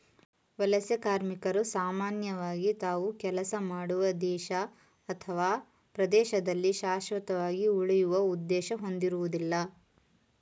ವಲಸೆ ಕಾರ್ಮಿಕರು ಸಾಮಾನ್ಯವಾಗಿ ತಾವು ಕೆಲಸ ಮಾಡುವ ದೇಶ ಅಥವಾ ಪ್ರದೇಶದಲ್ಲಿ ಶಾಶ್ವತವಾಗಿ ಉಳಿಯುವ ಉದ್ದೇಶ ಹೊಂದಿರುವುದಿಲ್ಲ